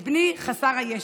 את בני חסר הישע.